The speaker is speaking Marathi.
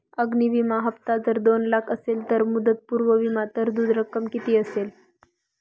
अग्नि विमा हफ्ता जर दोन लाख असेल तर मुदतपूर्व विमा तरतूद रक्कम किती असेल?